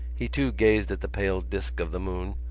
he too gazed at the pale disc of the moon,